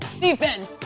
Defense